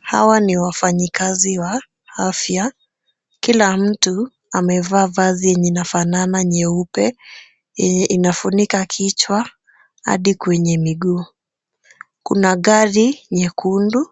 Hawa ni wafanyikazi wa afya. Kila mtu amevaa vazi yenye inafanana nyeupe yenye inafunika kichwa hadi kwenye miguu. Kuna gari nyekundu